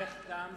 זמנך תם.